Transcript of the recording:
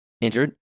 injured